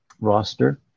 roster